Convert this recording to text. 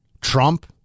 Trump